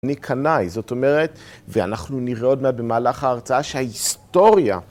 אני קנאי, זאת אומרת, ואנחנו נראה עוד מעט במהלך ההרצאה שההיסטוריה...